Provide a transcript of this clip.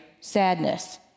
Sadness